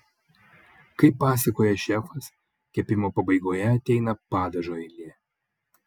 kaip pasakoja šefas kepimo pabaigoje ateina padažo eilė